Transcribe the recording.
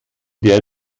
der